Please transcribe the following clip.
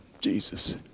Jesus